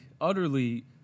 utterly